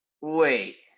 Wait